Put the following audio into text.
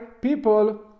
people